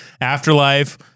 afterlife